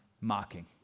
mocking